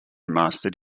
mastered